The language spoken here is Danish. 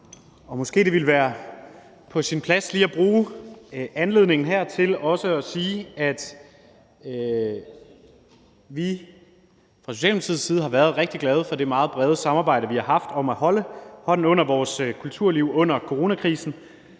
Måske ville det være på sin plads lige at bruge anledningen her til også at sige, at vi fra Socialdemokratiets side har været rigtig glade for det meget brede samarbejde, vi har haft, om at holde hånden under vores kulturliv under coronakrisen.